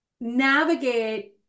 navigate